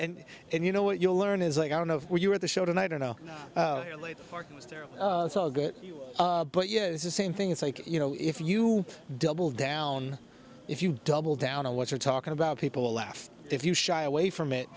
and you know what you learn is like i don't know where you're at the show tonight i know but yeah it's the same thing it's like you know if you double down if you double down on what you're talking about people will laugh if you shy away from it